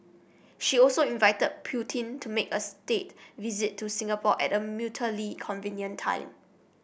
she also invited Putin to make a state visit to Singapore at a mutually convenient time